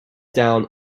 down